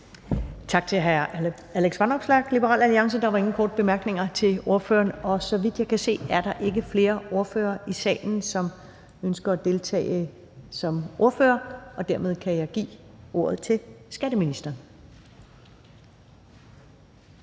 Tak til hr. Alex Vanopslagh, Liberal Alliance. Der var ingen korte bemærkninger til ordføreren. Og så vidt jeg kan se, er der ikke flere ordførere i salen, som ønsker at deltage som ordførere, og dermed kan jeg give ordet til skatteministeren.